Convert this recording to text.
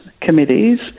committees